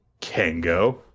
Kengo